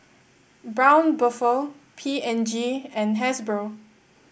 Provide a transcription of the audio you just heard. Braun Buffel P and G and Hasbro